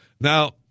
Now